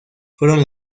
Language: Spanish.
fueron